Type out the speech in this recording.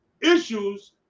issues